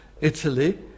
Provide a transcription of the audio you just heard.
Italy